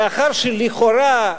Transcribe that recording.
לאחר שלכאורה,